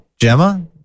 Gemma